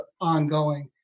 ongoing